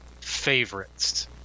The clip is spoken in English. favorites